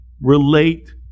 relate